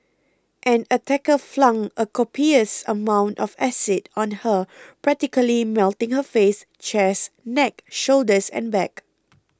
an attacker flung a copious amount of acid on her practically melting her face chest neck shoulders and back